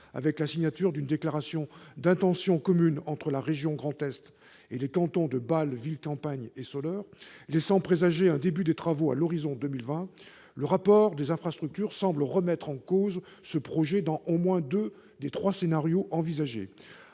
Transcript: avec la signature d'une déclaration d'intention commune entre la région Grand Est et les cantons de Bâle-Ville, de Bâle-Campagne et de Soleure, laissant présager un début de travaux à l'horizon 2020, le rapport du Conseil d'orientation des infrastructures semble remettre en cause ce projet dans au moins deux des trois scénarios envisagés.